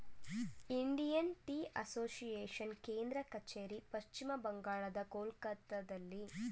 Indian tea association ಕೇಂದ್ರ ಕಚೇರಿ ಪಶ್ಚಿಮ ಬಂಗಾಳದ ಕೊಲ್ಕತ್ತಾದಲ್ಲಿ